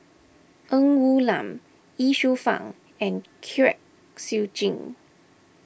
Ng Woon Lam Ye Shufang and Kwek Siew Jin